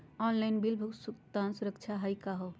Online bill भुगतान सुरक्षित हई का हो?